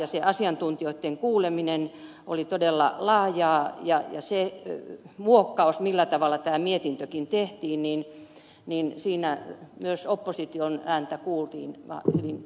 se asiantuntijoitten kuuleminen oli todella laajaa ja siinä muokkauksessa millä tavalla tämä mietintökin tehtiin myös opposition ääntä kuultiin hyvin